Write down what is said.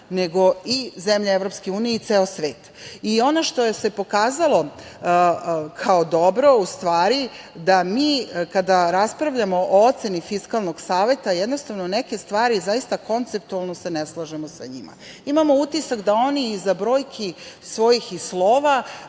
nego i zemlje EU i ceo svet. Ono što se pokazalo kao dobro je da mi kada raspravljamo o oceni Fiskalnog saveta, za neke stvari zaista konceptualno se ne slažemo sa njima. Imamo utisak da oni iza brojki svojih i slova